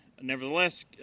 Nevertheless